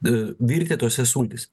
virti tose sultyse